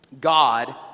God